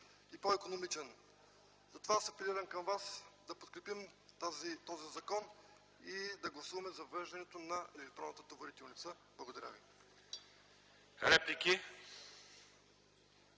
и по-икономичен, затова апелирам към вас да подкрепим този законопроект и да гласуваме за въвеждането на електронната товарителница. Благодаря ви.